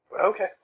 Okay